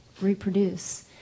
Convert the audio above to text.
reproduce